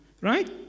Right